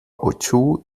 otoo